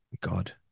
God